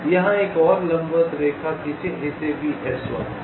यहां एक और लंबवत रेखा खींचें इसे भी S1 कहें